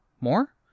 More